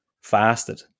fasted